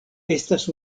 estas